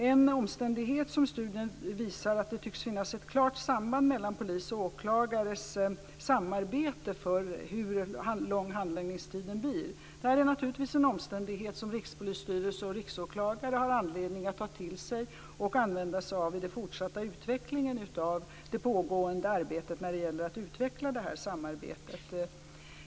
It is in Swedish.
En omständighet som studien visar är att det tycks finnas ett klart samband mellan polisens och åklagarens samarbete och hur lång handläggningstiden blir. Det är naturligtvis en omständighet som Rikspolisstyrelsen och Riksåklagaren har anledning att ta till sig och använda sig av i fortsättningen av det pågående arbetet när det gäller att utveckla det här samarbetet.